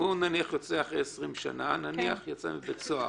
נניח יוצא אחרי 20 שנה, יצא מבית הסוהר,